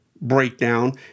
breakdown